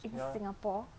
in singapore